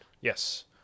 Yes